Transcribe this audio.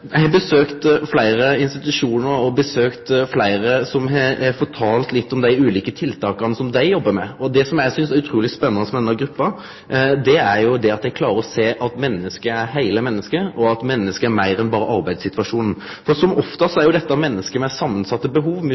Eg har besøkt fleire institusjonar og fleire som har fortalt litt om dei ulike tiltaka som dei jobbar med. Det eg synest er utruleg spennande med denne gruppa, er at dei greier å sjå at menneska er heile menneske og at mennesket er meir enn berre arbeidssituasjonen. Som oftast gjeld dette menneske med samansette behov